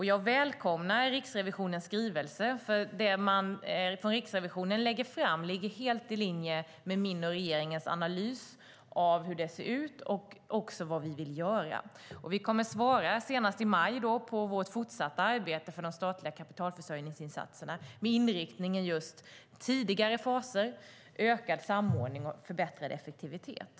Jag välkomnar Riksrevisionens skrivelse, för det man från Riksrevisionen lägger fram ligger helt i linje med min och regeringens analys av hur det ser ut och vad vi vill göra. Senast i maj kommer vi att redogöra för hur vårt fortsatta arbete för de statliga kapitalförsörjningsinsatserna med inriktning på just tidigare faser, ökad samordning och förbättrad effektivitet ska se ut.